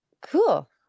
Cool